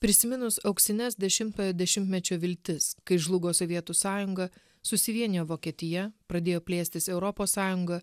prisiminus auksines dešimtojo dešimtmečio viltis kai žlugo sovietų sąjunga susivienijo vokietija pradėjo plėstis europos sąjunga